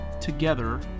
together